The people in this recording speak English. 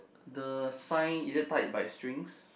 the sign is it tied by strings